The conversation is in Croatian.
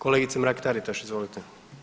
Kolegice Mrak-Taritaš, izvolite.